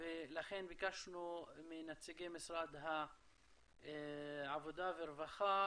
ולכן ביקשנו מנציגי משרד העבודה והרווחה